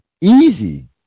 Easy